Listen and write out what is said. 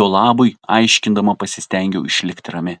jo labui aiškindama pasistengiau išlikti rami